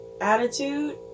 attitude